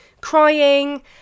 crying